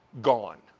gone.